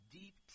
deep